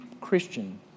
Christian